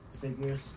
figures